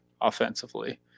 offensively